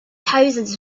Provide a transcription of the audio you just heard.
thousands